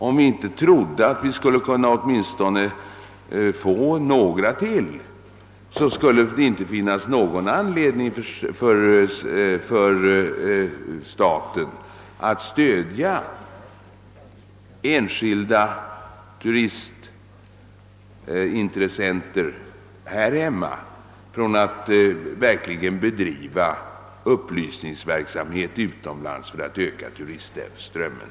Om vi inte trodde att vi skulle få åtminstone ytterligare några, skulle det inte finnas någon anledning för staten att stödja enskilda turistintressenter här hemma när de bedriver upplysningsverksamhet utomlands för att öka turistströmmen.